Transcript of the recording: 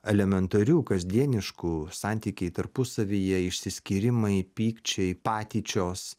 elementarių kasdieniškų santykiai tarpusavyje išsiskyrimai pykčiai patyčios